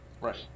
Right